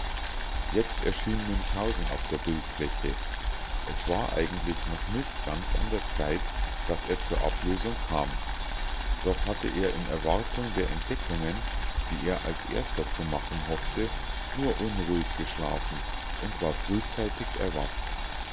jetzt erschien münchhausen auf der bildfläche es war eigentlich noch nicht ganz an der zeit daß er zur ablösung kam doch hatte er in erwartung der entdeckungen die er als erster zu machen hoffte nur unruhig geschlafen und war frühzeitig erwacht